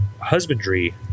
husbandry